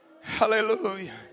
Hallelujah